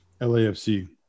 LAFC